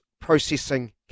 processing